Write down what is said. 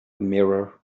mirror